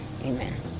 Amen